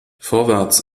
vorwärts